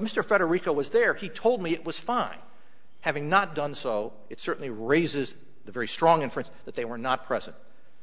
mr federico was there he told me it was fine having not done so it certainly raises the very strong inference that they were not present